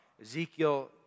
Ezekiel